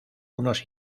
unos